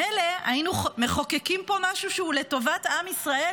מילא אם היינו מחוקקים פה משהו שהוא לטובת עם ישראל,